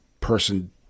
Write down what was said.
person